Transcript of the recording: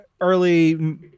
early